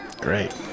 great